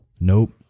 Nope